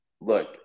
look